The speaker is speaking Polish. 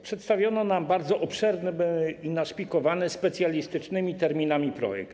Przedstawiono nam bardzo obszerny i naszpikowany specjalistycznymi terminami projekt.